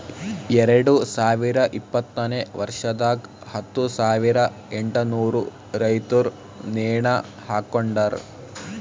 ಎರಡು ಸಾವಿರ ಇಪ್ಪತ್ತನೆ ವರ್ಷದಾಗ್ ಹತ್ತು ಸಾವಿರ ಎಂಟನೂರು ರೈತುರ್ ನೇಣ ಹಾಕೊಂಡಾರ್